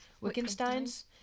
Wittgenstein's